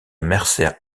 mercer